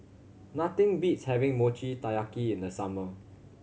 nothing beats having Mochi Taiyaki in the summer